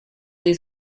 des